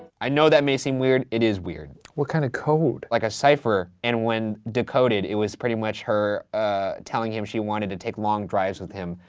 i know that may seem weird, it is weird. what kind of code? like a cypher and when decoded, it was pretty much her ah telling him she wanted to take long drives with him,